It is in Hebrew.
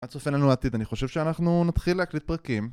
מה צופן לנו העתיד, אני חושב שאנחנו נתחיל להקליט פרקים